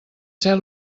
ser